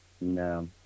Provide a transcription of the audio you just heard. No